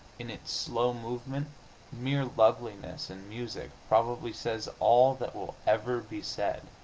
in its slow movement mere loveliness in music probably says all that will ever be said.